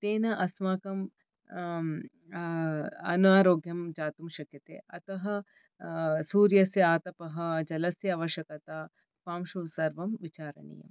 तेन अस्माकम् अनारोग्यं जातुं शक्यते अतः सूर्यस्य आतपः जलस्य आवश्यकता पांशुं सर्वं विचारणीयम्